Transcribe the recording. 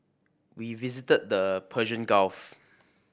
we visited the Persian Gulf